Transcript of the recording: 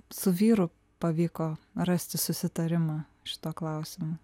su vyru pavyko rasti susitarimą šituo klausimu